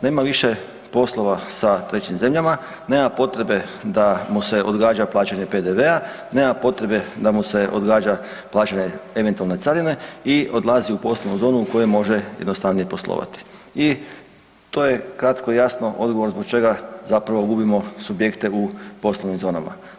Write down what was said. Nema više poslova sa trećim zemljama, nema potrebe da mu se odgađa plaćanje PDV-a, nema potrebe da mu se odgađa plaćanje eventualne carine i odlazi u poslovnu zonu u kojoj može jednostavnije poslovati i to je kratko i jasno odgovor zbog čega zapravo gubimo subjekte u poslovnim zonama.